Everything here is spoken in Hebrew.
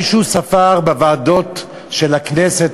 מישהו ספר בוועדות של הכנסת,